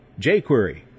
jQuery